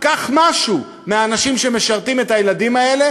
קח משהו מהאנשים שמשרתים את הילדים האלה